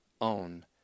own